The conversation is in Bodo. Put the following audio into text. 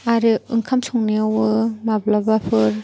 आरो ओंखाम संनायावबो माब्लाबाफोर